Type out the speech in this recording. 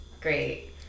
great